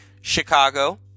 Chicago